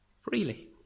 freely